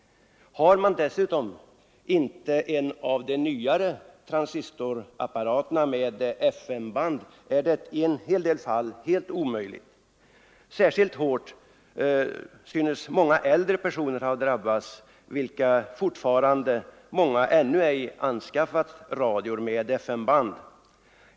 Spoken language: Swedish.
Om man dessutom inte haft en av de nyare transistorapparaterna med FM-band, så har avlyssningen i en hel del fall varit helt omöjlig. Särskilt hårt synes de många äldre personer ha drabbats, som ännu inte har skaffat radioapparater med FM-band.